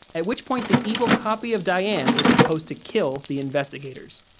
at which point the evil copy of diane is supposed to kill the investigators.